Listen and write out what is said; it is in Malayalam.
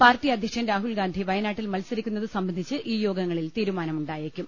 പാർട്ടി അധ്യക്ഷൻ രാഹുൽഗാന്ധി വയനാട്ടിൽ മത്സരിക്കുന്നത് സംബ ന്ധിച്ച് ഈ യോഗങ്ങളിൽ തീരുമാനമുണ്ടായേക്കും